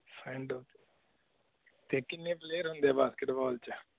ਸੈਂਡੋ 'ਚ ਅਤੇ ਕਿੰਨੇ ਪਲੇਅਰ ਹੁੰਦੇ ਹੈ ਬਾਸਕਿਟਬਾਲ 'ਚ